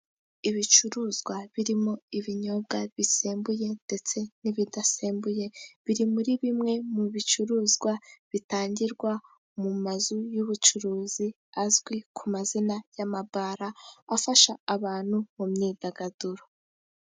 Ibicuruzwa birimo ibinyobwa bisembuye ndetse n'ibidasembuye, biri muri bimwe mu bicuruzwa bitangirwa mu mazu y'ubucuruzi azwi ku mazina y'amabara afasha abantu mu myidagaduro.